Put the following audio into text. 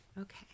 Okay